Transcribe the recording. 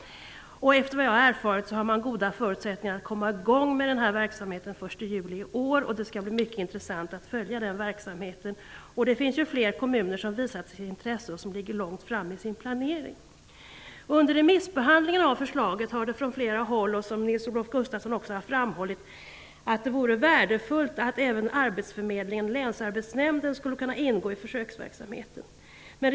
Efter vad jag har erfarit har man goda förutsättningar att komma i gång med den här verksamheten den 1 juli i år. Det skall bli mycket intressant att följa verksamheten. Det finns fler kommuner som visat sitt intresse och som ligger långt framme i sin planering. Under remissbehandlingen av förslaget har det från flera håll, som Nils-Olof Gustafsson också har framhållit, uttryckts att det vore värdefullt att även arbetsförmedlingen och länsarbetsnämnden skulle kunna ingå i försöksverksamheten.